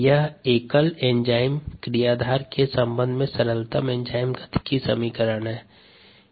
यह एकल एंजाइम क्रियाधार के संबंध में सरलतम एंजाइम गतिकी समीकरण है